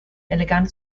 elegant